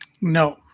No